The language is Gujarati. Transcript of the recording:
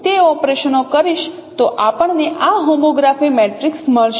અને જો હું તે ઓપરેશનો કરીશ તો આપણને આ હોમોગ્રાફી મેટ્રિક્સ મળશે